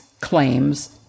claims